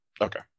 Okay